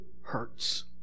hurts